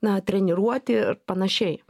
na treniruoti ir panašiai